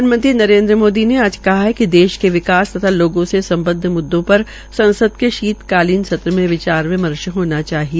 प्रधानमंत्री नरेन्द्र मोदी ने आज कहा है कि देश के विकास तथा लोगों से संमद्व मुद्दों पर संसद के शीतकालीन सत्र में विचार विमर्श होना चाहिए